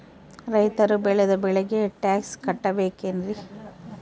ರೈತರು ಬೆಳೆದ ಬೆಳೆಗೆ ಟ್ಯಾಕ್ಸ್ ಕಟ್ಟಬೇಕೆನ್ರಿ?